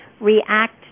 react